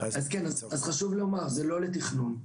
אז חשוב לומר, זה לא לתכנון.